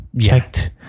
checked